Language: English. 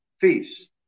feast